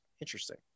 Interesting